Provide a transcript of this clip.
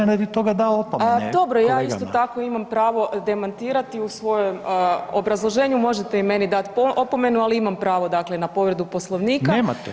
Molim? [[Upadica: Ja sam radi toga dao opomenu.]] dobro, ja isto tako imam pravo demantirati u svojem obrazloženju, možete i meni dati opomenu, ali imam pravo dakle na povredu Poslovnika